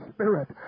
Spirit